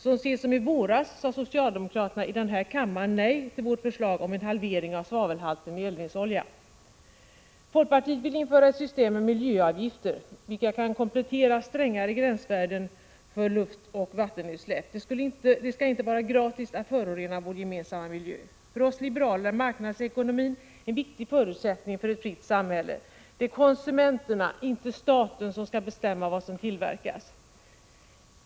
Så sent som i våras sade socialdemokraterna i denna kammare nej till vårt förslag om en halvering av svavelhalten i eldningsolja. Folkpartiet vill införa ett system med miljöavgifter, vilka kan komplettera strängare gränsvärden för luftoch vattenutsläpp. Det skall inte vara gratis att förorena vår gemensamma miljö. För oss liberaler är marknadsekonomin en viktig förutsättning för ett fritt samhälle. Det är konsumenterna, inte staten, som skall bestämma vad som tillverkas.